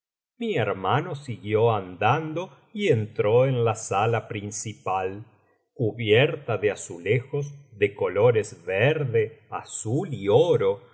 mi hermano siguió andando y entró en la sala principal cubierta de azulejos de colores verde azul y oro